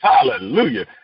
Hallelujah